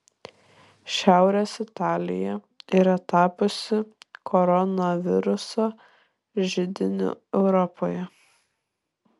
šiaurės italija yra tapusi koronaviruso židiniu europoje